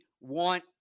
want